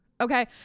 Okay